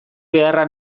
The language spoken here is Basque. beharra